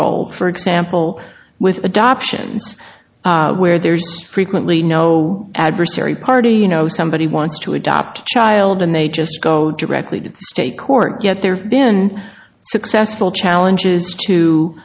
role for example with adoptions where there's frequently no adversary party you know somebody wants to adopt a child and they just go directly to the state court yet there have been successful challenges